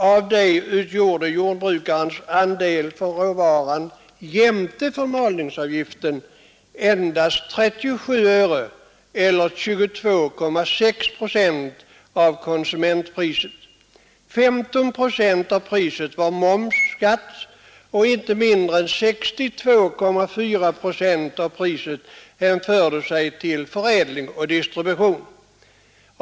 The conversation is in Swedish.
Därav utgjorde jordbrukarens andel för råvaran plus förmalningsavgiften endast 37 öre, eller 22,6 procent av konsumentpriset. Sedan var 15 procent av priset momsskatt och inte mindre än 62,4 procent hänförde sig till distribution.